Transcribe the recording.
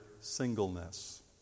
singleness